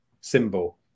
symbol